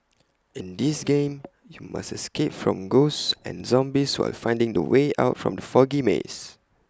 in this game you must escape from ghosts and zombies while finding the way out from the foggy maze